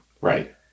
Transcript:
Right